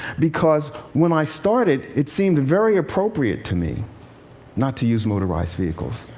because when i started, it seemed very appropriate to me not to use motorized vehicles.